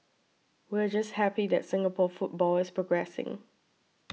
we're just happy that Singapore football is progressing